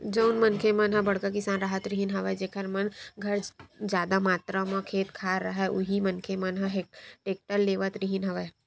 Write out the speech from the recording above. जउन मनखे मन ह बड़का किसान राहत रिहिन हवय जेखर मन घर जादा मातरा म खेत खार राहय उही मनखे मन ह टेक्टर लेवत रिहिन हवय